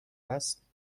است